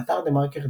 באתר TheMarker,